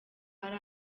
ari